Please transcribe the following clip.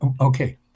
okay